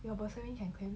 you personally you can claim